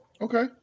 Okay